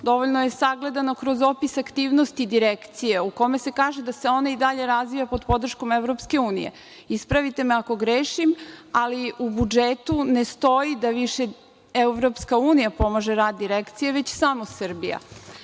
dovoljno je sagledano kroz opis aktivnosti Direkcije, gde se kaže da se ona i dalje razvija pod podrškom EU. Ispravite me ako grešim, ali u budžetu ne stoji da EU pomaže rad Direkcije, nego samo Srbije. Drugo,